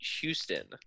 Houston